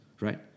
Right